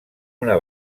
una